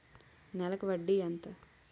నెలకి వడ్డీ ఎంత?